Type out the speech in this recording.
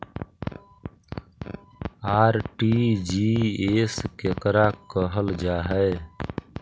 RTGS केकरा कहल जा है?